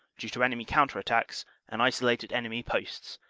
due to enemy counter-attacks and isolated enemy posts,